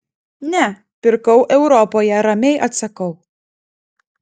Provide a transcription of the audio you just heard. ne pirkau europoje ramiai atsakau